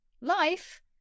Life